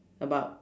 about